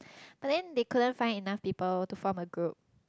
but then they couldn't find enough people to form a group